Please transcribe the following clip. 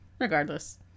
regardless